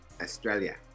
Australia